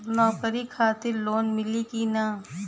नौकरी खातिर लोन मिली की ना?